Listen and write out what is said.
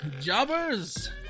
jobbers